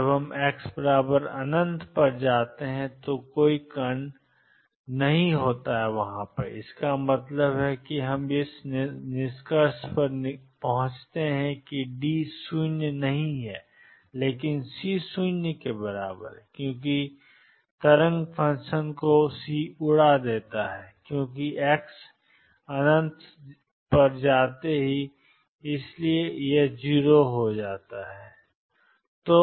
जब हम x पर जाते हैं तो कोई कण नहीं होगा इसका मतलब है कि हम यह निष्कर्ष निकाल सकते हैं कि डी शून्य नहीं है लेकिन सी 0 क्योंकि सी तरंग फ़ंक्शन को उड़ा देता है क्योंकि एक्स जाता है और इसलिए इसे 0 माना जाएगा